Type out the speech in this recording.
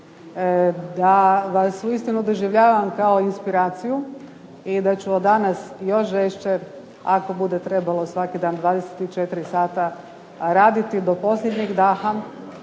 da vas uistinu doživljavam kao inspiraciju i da ću od danas još žešće ako bude trebalo svaki dan, 24 sata raditi do posljednjeg daha,